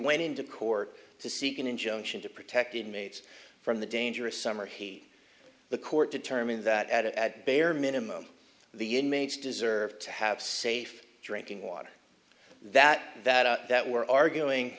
went into court to seek an injunction to protect inmates from the dangerous summer hate the court determines that at bare minimum the inmates deserve to have safe drinking water that that we're arguing